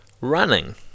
running